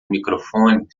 microfone